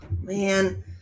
man